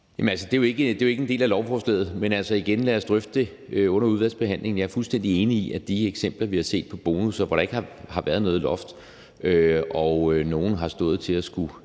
Jørgensen (V): Det er jo ikke en del af lovforslaget, men altså, lad os drøfte det under udvalgsbehandlingen. Jeg er fuldstændig enig i, at de eksempler, vi har set, på bonusser, hvor der ikke har været noget loft, og hvor nogle har stået til at skulle